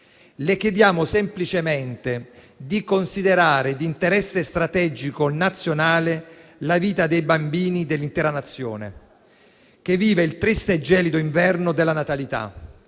Le chiediamo semplicemente di considerare di interesse strategico nazionale la vita dei bambini dell'intera Nazione, che vive il triste e gelido inverno della denatalità;